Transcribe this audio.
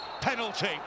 penalty